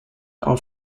are